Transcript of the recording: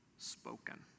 Spoken